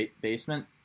basement